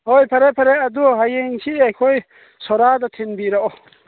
ꯍꯣꯏ ꯐꯔꯦ ꯐꯔꯦ ꯑꯗꯨ ꯍꯌꯦꯡꯁꯤ ꯑꯩꯈꯣꯏ ꯁꯣꯔꯥꯗ ꯊꯤꯟꯕꯤꯔꯛꯑꯣ